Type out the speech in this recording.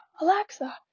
Alexa